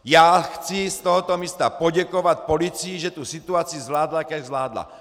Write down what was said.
Já chci z tohoto místa poděkovat policii, že tu situaci zvládla tak, jak zvládla.